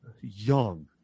young